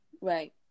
Right